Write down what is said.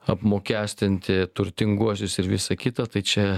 apmokestinti turtinguosius ir visa kita tai čia